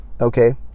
okay